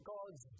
God's